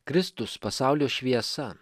kristus pasaulio šviesa